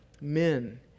men